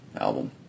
album